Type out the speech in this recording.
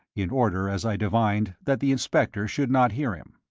in order, as i divined, that the inspector should not hear him.